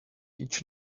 each